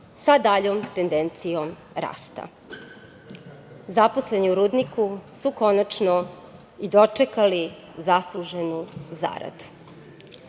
sa daljom tendencijom rasta. Zaposleni u rudniku su konačno i dočekali zasluženu zaradu,